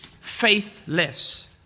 faithless